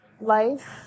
life